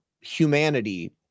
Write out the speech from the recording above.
humanity